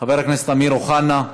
חבר הכנסת אמיר אוחנה.